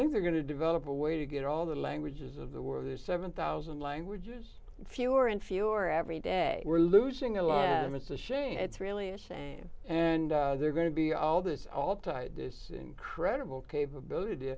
think they're going to develop a way to get all the languages of the world or seven thousand languages fewer and fewer every day we're losing a lot and it's a shame it's really a shame and they're going to be all this all tied this incredible capability